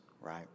right